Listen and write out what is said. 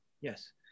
Yes